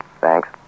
Thanks